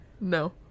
No